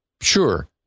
sure